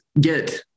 get